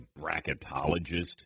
bracketologist